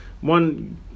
one